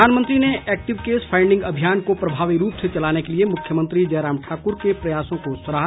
प्रधानमंत्री ने active case finding अभियान को प्रभावी रूप से चलाने के लिए मुख्यमंत्री जयराम ठाकुर के प्रयासों को सराहा